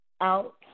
out